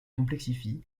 complexifie